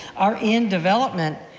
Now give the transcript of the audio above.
are in development.